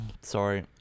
Sorry